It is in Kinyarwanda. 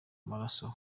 maraso